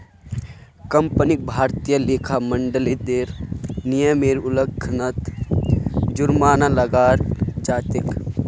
कंपनीक भारतीय लेखा मानदंडेर नियमेर उल्लंघनत जुर्माना लगाल जा तेक